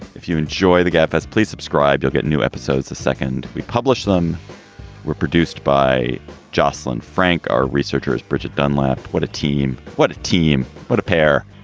if you enjoy the gap as please subscribe, you'll get new episodes. the second we publish them were produced by jocelin frank. our researchers, bridget dunlap. what a team. what a team. what a pair.